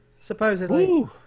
supposedly